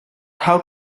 how